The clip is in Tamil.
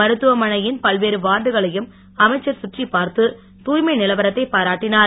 மருத்துவமனையின் பல்வேறு வார்டுகளையும் அமைச்சர் கற்றிப் பார்த்து தூய்மை நிலவரத்தை பாராட்டினார்